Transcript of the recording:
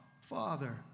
father